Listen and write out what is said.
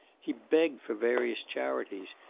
he begged for various charities.